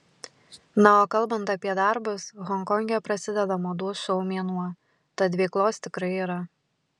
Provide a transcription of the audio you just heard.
na o kalbant apie darbus honkonge prasideda madų šou mėnuo tad veiklos tikrai yra